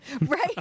Right